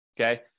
okay